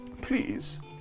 Please